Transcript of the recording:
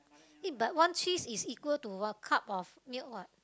eh but one cheese is equal to a cup of milk what